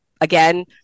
again